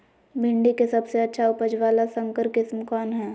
भिंडी के सबसे अच्छा उपज वाला संकर किस्म कौन है?